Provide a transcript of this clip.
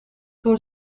toen